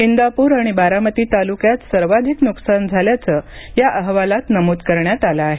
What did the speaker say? इंदापूर आणि बारामती तालुक्यात सर्वाधिक नुकसान झाल्याचं या अहवालात नमूद करण्यात आलं आहे